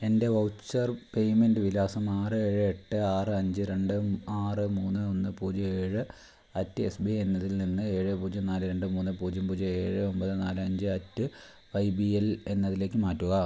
എൻ്റെ voucher payment വിലാസം ആറ് ഏഴ് ഏട്ട് ആറ് അഞ്ച് രണ്ട് ആറ് മൂന്ന് ഒന്ന് പൂജ്യം ഏഴ് അറ്റ് എസ് ബി ഐ എന്നതിൽ നിന്ന് ഏഴ് പൂജ്യം നാല് രണ്ട് മൂന്ന് പൂജ്യം പൂജ്യം ഏഴ് ഒൻപത് നാല് അഞ്ച് അറ്റ് വൈ ബി എല് എന്നതിലേക്ക് മാറ്റുക